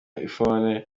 iphone